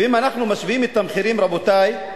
ואם אנחנו משווים את המחירים, רבותי,